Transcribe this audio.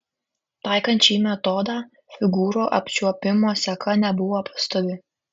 taikant šį metodą figūrų apčiuopimo seka nebuvo pastovi